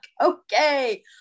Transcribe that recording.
okay